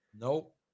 Nope